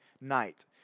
night